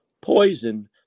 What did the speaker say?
poison